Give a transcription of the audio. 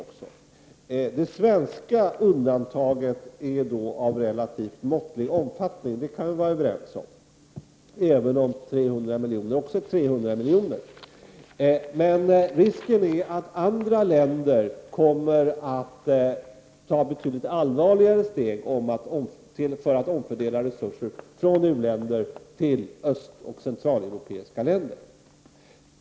Att det svenska undantaget är av relativt måttlig omfattning, kan vi vara överens om, även om 300 miljoner är 300 miljoner. Men risken är att andra länder kommer att ta betydligt allvarligare steg för att omfördela resurser från u-länder till östoch centraleuropeiska länder.